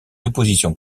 oppositions